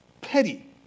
Petty